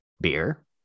beer